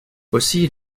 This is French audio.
aussi